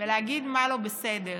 ולהגיד מה לא בסדר,